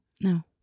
No